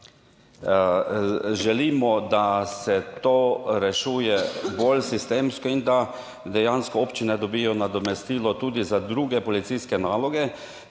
želimo, da se to rešuje bolj sistemsko in da dejansko občine dobijo nadomestilo tudi za druge policijske naloge,